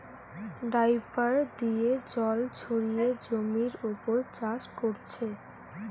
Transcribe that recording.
dripper দিয়ে জল ছড়িয়ে জমির উপর চাষ কোরছে